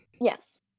Yes